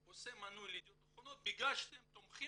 עושה מנוי לידיעות אחרונות בגלל שאתם תומכים